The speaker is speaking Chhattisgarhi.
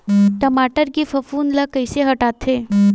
टमाटर के फफूंद ल कइसे हटाथे?